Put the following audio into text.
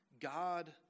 God